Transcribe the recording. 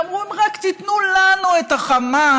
ואמרו: אם רק תיתנו לנו את החמאס,